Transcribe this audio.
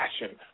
passion